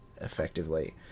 effectively